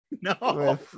No